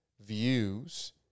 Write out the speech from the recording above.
views